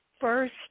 first